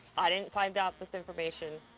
i didn't find out this information,